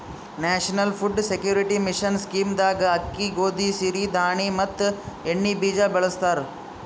national food security mission scheme ದಾಗ ಅಕ್ಕಿ, ಗೋದಿ, ಸಿರಿ ಧಾಣಿ ಮತ್ ಎಣ್ಣಿ ಬೀಜ ಬೆಳಸ್ತರ